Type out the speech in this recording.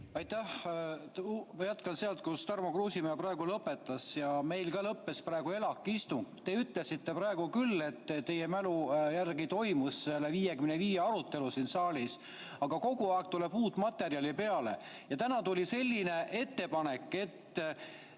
Aitäh! Ma jätkan sealt, kus Tarmo Kruusimäe lõpetas. Meil lõppes praegu ELAK-i istung. Te ütlesite küll, et teie mälu järgi toimus selle "55" arutelu siin saalis, aga kogu aeg tuleb uut materjali peale. Ja täna tuli selline ettepanek, et